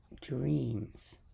dreams